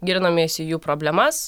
gilinomės į jų problemas